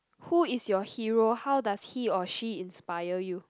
who is your hero how does he or she inspire you